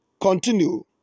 continue